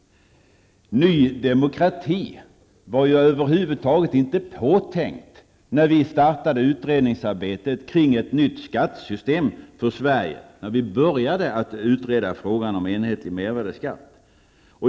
Ny Demokrati var över huvud taget inte påtänkt när vi startade utredningsarbetet kring ett nytt skattesystem för Sverige, när vi började att utreda frågan om enhetlig mervärdeskatt.